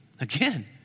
Again